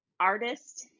artist